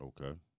Okay